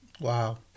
Wow